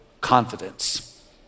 confidence